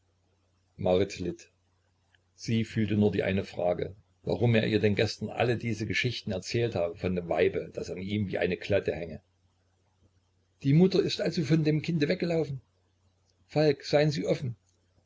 sie fühlte nur die eine frage warum er ihr denn gestern alle diese geschichten erzählt habe von dem weibe das an ihm wie eine klette hänge die mutter ist also von dem kinde weggelaufen falk seien sie offen